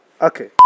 Okay